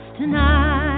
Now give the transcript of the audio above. tonight